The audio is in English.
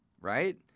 right